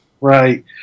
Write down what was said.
Right